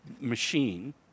machine